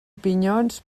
pinyons